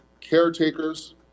caretakers